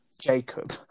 jacob